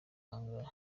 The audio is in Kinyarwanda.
bangahe